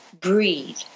Breathe